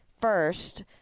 first